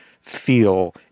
feel